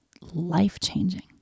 life-changing